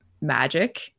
magic